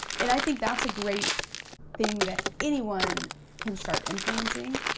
and i think that's a great thing that anyone can start implementing.